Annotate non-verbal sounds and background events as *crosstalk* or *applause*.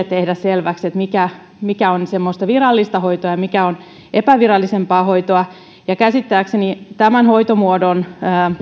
*unintelligible* tehdä selväksi mikä mikä on semmoista virallista hoitoa ja mikä on epävirallisempaa hoitoa käsittääkseni tällä hoitomuodolla